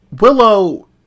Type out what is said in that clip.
Willow